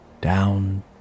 down